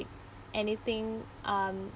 anything um